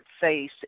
face